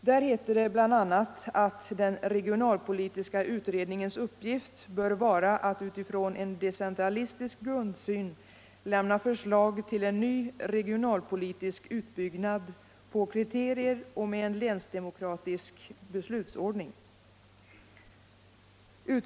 Där heter det bl.a. att den regionalpolitiska utredningens uppgift bör ”vara att utifrån en decentralistisk grundsyn lämna förslag till en ny regionalpolitik byggd på kriterier och med en länsdemokratisk beslutsordning som framhållits i motion 1975:222.